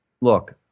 look